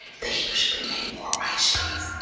they usually make more white shades.